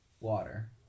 Water